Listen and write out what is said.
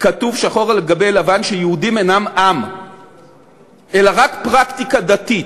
כתוב שחור על גבי לבן שיהודים אינם עם אלא רק פרקטיקה דתית,